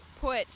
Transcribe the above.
put